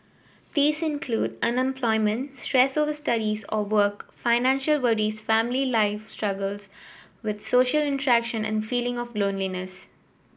these include unemployment stress over studies or work financial worries family life struggles with social interaction and feeling of loneliness